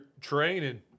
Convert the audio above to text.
training